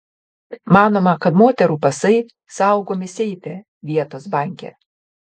manoma kad moterų pasai saugomi seife vietos banke